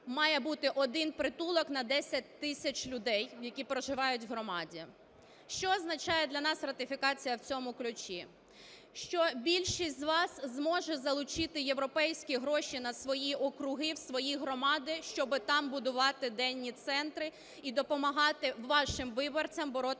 має бути один притулок на 10 тисяч людей, які проживають в громаді. Що означає для нас ратифікація в цьому ключі? Що більшість з вас зможе залучити європейські гроші на свої округи, в свої громади, щоб там будувати денні центри і допомагати вашим виборцям боротися